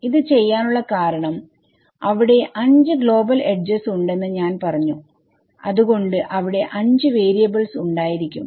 ഇത് ചെയ്യാനുള്ള കാരണം അവിടെ 5 ഗ്ലോബൽ എഡ്ജസ് ഉണ്ടെന്ന് ഞാൻ പറഞ്ഞു അത് കൊണ്ട് അവിടെ 5 വേരിയബിൾസ് ഉണ്ടായിരിക്കും